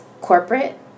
corporate